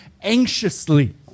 anxiously